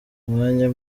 umwanya